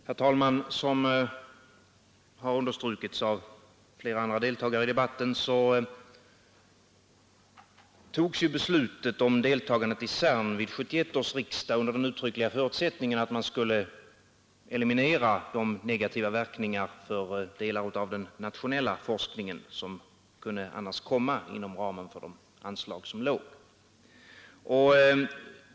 Herr talman! Som har understrukits av flera andra deltagare i debatten fattades beslutet om deltagande i CERN vid 1971 års riksdag under den uttryckliga förutsättningen att man skulle eliminera de negativa verkningar för delar av den nationella forskningen som annars kunde uppstå inom ramen för utgående anslag.